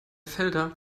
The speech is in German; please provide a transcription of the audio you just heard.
felder